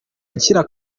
akira